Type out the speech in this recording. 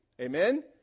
amen